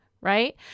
right